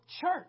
church